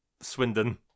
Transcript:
Swindon